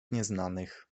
nieznanych